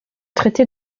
traité